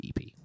EP